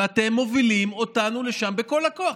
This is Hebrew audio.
ואתם מובילים אותנו לשם בכל הכוח.